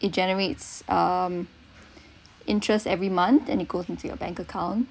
it generates um interest every month and it goes into your bank account